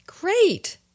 Great